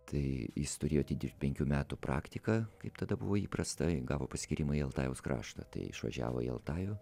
tai jis turėjo atidirbti penkių metų praktiką kaip tada buvo įprasta gavo paskyrimą į altajaus kraštą tai išvažiavo į altajų